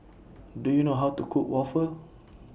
Do YOU know How to Cook Waffle